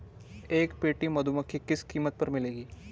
एक पेटी मधुमक्खी किस कीमत पर मिलेगी?